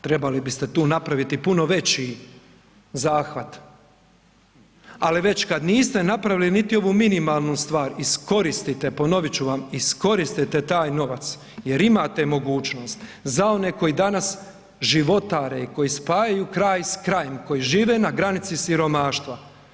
Trebali bi ste tu napraviti puno veći zahvat ali već kad niste napravili niti ovu minimalnu stvar, iskoristite, ponovit ću vam, iskoristite taj novac jer imate mogućnost za one koji danas životare, koji spajaju kraj s krajem, koji žive na granici siromaštva.